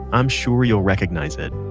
i'm sure you'll recognize it.